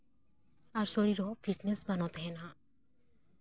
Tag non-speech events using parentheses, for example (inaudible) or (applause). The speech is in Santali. ᱟᱨ ᱥᱚᱨᱤᱨ ᱨᱮᱦᱚᱸ ᱯᱷᱤᱴᱱᱮᱥ (unintelligible) ᱛᱟᱦᱮᱱᱟ